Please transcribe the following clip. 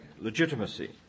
legitimacy